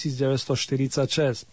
1946